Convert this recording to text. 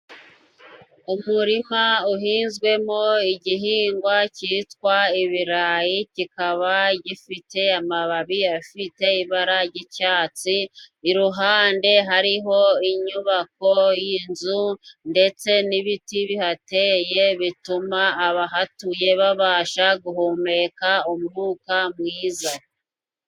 Umurima uhinzwemo igihingwa cyitwa ibirayi kikaba gifite amababi afite ibara ry'icyatsi, iruhande hariho inyubako y'inzu ndetse n'ibiti bihateye, bituma abahatuye babasha guhumeka umwuka mwiza.